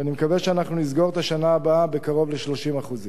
ואני מקווה שאנחנו נסגור את השנה הבאה בקרוב ל-30%.